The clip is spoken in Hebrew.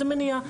זו מניעה.